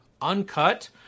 Uncut